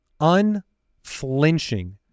unflinching